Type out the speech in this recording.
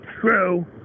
true